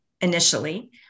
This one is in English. initially